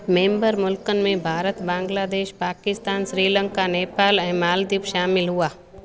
member मुल्कनि में भारत बांग्लादेश पाकिस्तान श्रीलंका नेपाल ऐं मालदीव शामिल हुआ